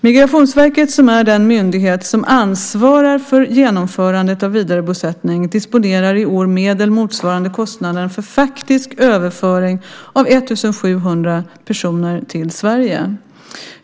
Migrationsverket, som är den myndighet som ansvarar för genomförandet av vidarebosättning, disponerar i år medel motsvarande kostnaderna för faktisk överföring av 1 700 personer till Sverige.